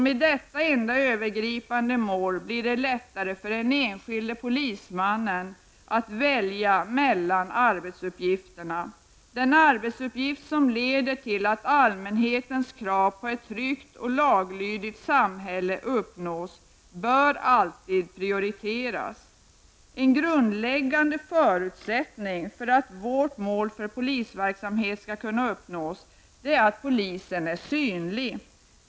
Med detta enda övergripande mål blir det lättare för den enskilde polismannen att välja mellan arbetsuppgifterna. Den arbetsuppgift som leder till att allmänhetens krav på ett tryggt och laglydigt samhälle uppnås bör alltid prioriteras. En grundläggande förutsättning för att vårt mål för polisverksamheten skall kunna uppnås är att polisen är synlig.